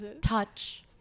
touch